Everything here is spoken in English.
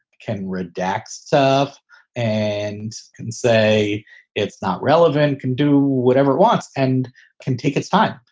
can redact stuff and can say it's not relevant, can do whatever it wants and can take its time.